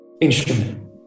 instrument